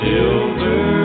Silver